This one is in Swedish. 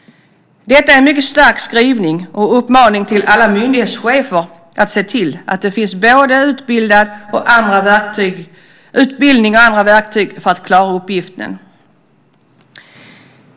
Detta är en mycket stark skrivning och en uppmaning till alla myndighetschefer att se till att det finns både utbildning och andra verktyg för att klara uppgiften.